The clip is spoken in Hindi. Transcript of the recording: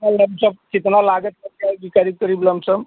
और लमसम कितना लागत लग जाएगी करीब करीब लमसम